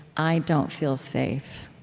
i don't feel safe